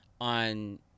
on